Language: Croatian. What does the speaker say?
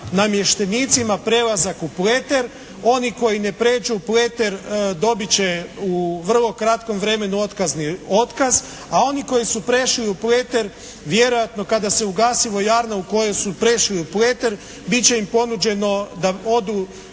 namještenicima prelazak u Pleter. Oni koji ne pređu Pleter dobit će u vrlo kratkom vremenu otkazni otkaz, a oni koji su prešli u Pleter vjerojatno kada se ugasilo … /Govornik se ne razumije./ … u koje su prešli u Pleter bit će im ponuđeno da odu